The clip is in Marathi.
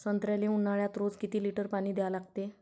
संत्र्याले ऊन्हाळ्यात रोज किती लीटर पानी द्या लागते?